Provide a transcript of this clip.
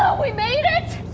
we made it!